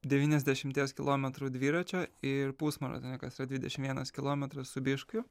devyniasdešimties kilometrų dviračio ir pusmaratonio kas yra dvidešim vienas kilometras su biškiu